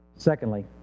Secondly